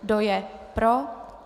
Kdo je pro?